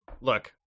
look